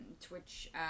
Twitch